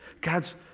God's